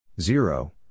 Zero